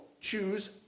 choose